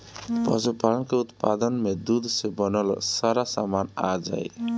पशुपालन के उत्पाद में दूध से बनल सारा सामान आ जाई